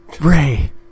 Ray